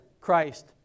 Christ